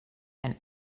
and